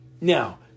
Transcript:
Now